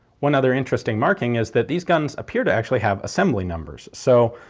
one other interesting marking is that these guns appear to actually have assembly numbers. so,